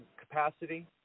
capacity